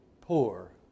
poor